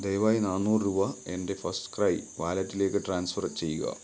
ദയവായി നാനൂറ് രൂപ എൻ്റെ ഫസ്റ്റ് ക്രൈ വാലറ്റിലേക്ക് ട്രാൻസ്ഫർ ചെയ്യുക